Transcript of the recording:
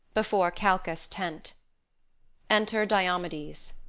before calchas' tent enter diomedes